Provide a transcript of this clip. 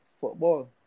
football